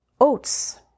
oats